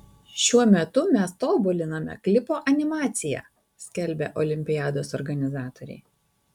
šiuo metu mes tobuliname klipo animaciją skelbia olimpiados organizatoriai